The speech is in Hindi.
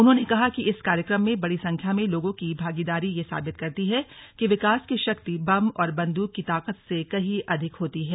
उन्होंने कहा कि इस कार्यक्रम में बड़ी संख्या में लोगों की भागीदारी ये साबित करती है कि विकास की शक्ति बम और बन्दूक की ताकत से कहीं अधिक होती है